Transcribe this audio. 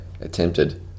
attempted